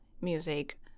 music